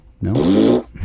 no